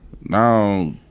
Now